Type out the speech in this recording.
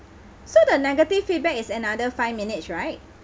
so the negative feedback is another five minutes right